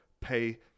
pay